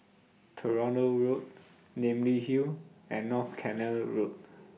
Toronto Road Namly Hill and North Canal Road